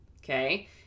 Okay